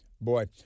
Boy